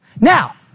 Now